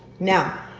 now,